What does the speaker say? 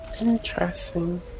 Interesting